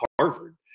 Harvard